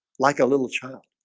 like a little child